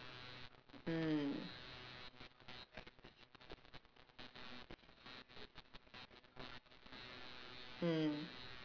mm mm